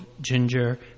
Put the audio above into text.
ginger